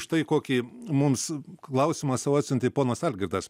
štai kokį mums klausimą savo atsiuntė ponas algirdas